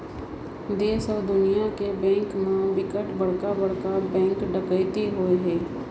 देस अउ दुनिया के बेंक म बिकट बड़का बड़का बेंक डकैती होए हे